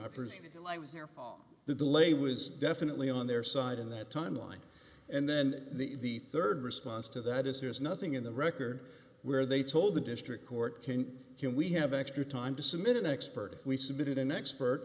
there the delay was definitely on their side in that timeline and then the rd response to that is there's nothing in the record where they told the district court can't can we have extra time to submit an expert we submitted an expert